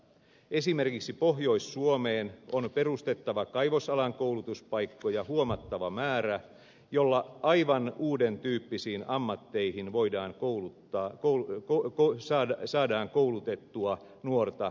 esimerkiksi pohjois suomeen on perustettava kaivosalan koulutuspaikkoja huomattava määrä jolla aivan uudentyyppisiin ammatteihin voidaan kouluttaa koulu alkoi saada saadaan koulutettua nuorta väkeä